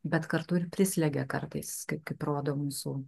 bet kartu ir prislegia kartais kai kaip rodo mūsų